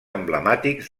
emblemàtics